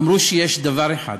אמרו שיש דבר אחד: